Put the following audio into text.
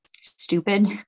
stupid